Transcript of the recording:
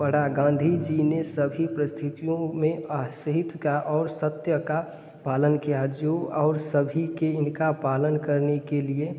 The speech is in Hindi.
पड़ा गांधी जी ने सभी परिस्थितियों में असहिथ्य का और सत्य का पालन किया जो और सभी के इनका पालन करने के लिए